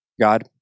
God